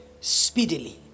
speedily